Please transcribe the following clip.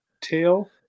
tail